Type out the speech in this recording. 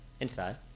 Inside